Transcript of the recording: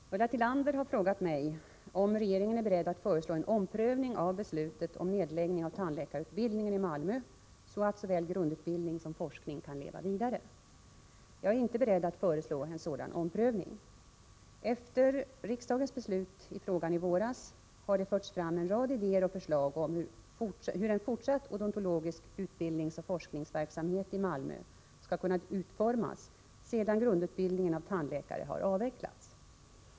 Herr talman! Ulla Tillander har frågat mig om regeringen är beredd att föreslå en omprövning av beslutet om nedläggning av tandläkarutbildningen i Malmö så att såväl grundutbildning som forskning kan leva vidare. Jag är inte beredd att föreslå en sådan omprövning. Efter riksdagens beslut i frågan i våras har det förts fram en rad idéer och förslag om hur en fortsatt odontologisk utbildningsoch forskningsverksamhet i Malmö skulle kunna utformas sedan grundutbildningen av tandläkare har avvecklats.